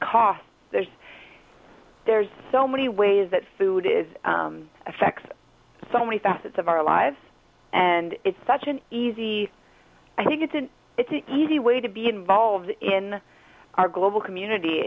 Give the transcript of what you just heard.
cost there's there's so many ways that food is affects so many facets of our lives and it's such an easy i think it's an easy way to be involved in our global community